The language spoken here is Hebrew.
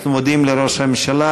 אנחנו מודים לראש הממשלה,